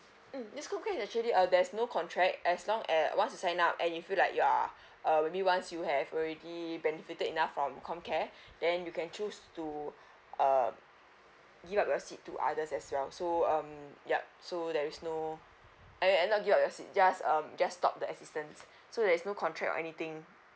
mm this com care actually uh there's no contract as long at once you sign up and you feel like you are uh we once you have already benefited enough from com care then you can choose to err give up your seat to others as well so um yup so there is no i mean at not give up your seats just um just stop the assistance so there is no contract or anything